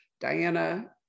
Diana